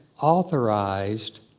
authorized